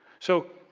so,